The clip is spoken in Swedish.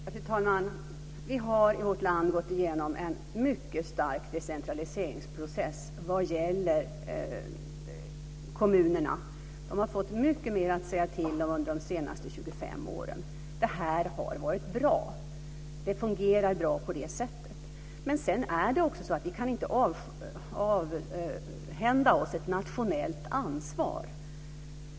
Fru talman! Vi har i vårt land gått igenom en mycket stark decentraliseringsprocess. Kommunerna har fått mycket mer att säga till om under de senaste 25 åren. Det har varit bra. Det fungerar bra på det sättet. Men vi kan inte avhända oss ett nationellt ansvar.